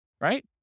right